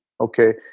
Okay